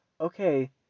okay